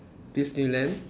Disneyland